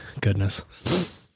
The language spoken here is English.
goodness